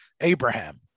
Abraham